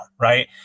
right